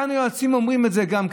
כאן היועצים אומרים את זה גם,